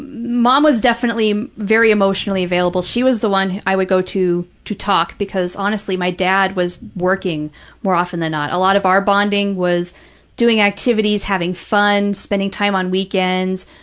mom was definitely very emotionally available. she was the one i would go to to talk, because honestly, my dad was working more often than not. a lot of our bonding was doing activities, having fun, spending time on weekends.